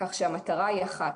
כך שהמטרה היא אחת,